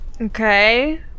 okay